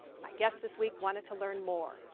my guest this week wanted to learn more.